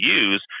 use